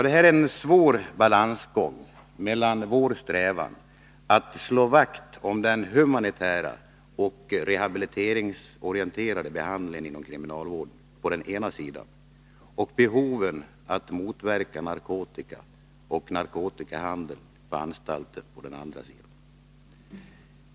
Det är en svår balansgång mellan vår strävan att slå vakt om den humanitära och rehabiliteringsorienterade behandlingen inom kriminalvården å ena sidan och behoven att motverka narkotika och narkotikahandel på anstalterna å den andra.